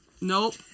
Nope